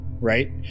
right